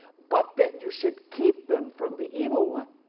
but that you should keep them from the evil one.